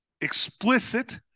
explicit